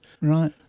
Right